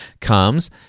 comes